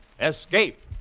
Escape